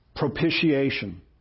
Propitiation